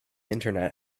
internet